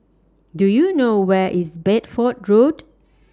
Do YOU know Where IS Bedford Road